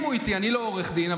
אני לא עורך דין,